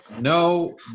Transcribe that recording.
No